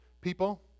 people